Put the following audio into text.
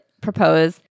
propose